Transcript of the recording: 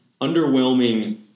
underwhelming